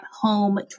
Home